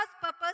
purpose